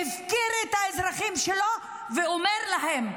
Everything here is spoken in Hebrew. שהפקיר את האזרחים שלו, ואומר להם: